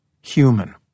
Human